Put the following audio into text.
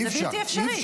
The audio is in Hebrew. זה בלתי אפשרי.